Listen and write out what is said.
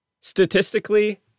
Statistically